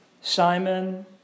Simon